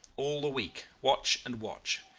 all the week watch and watch.